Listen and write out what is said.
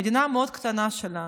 המדינה המאוד-קטנה שלנו,